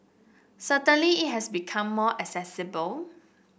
certainly it has become more accessible